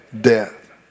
death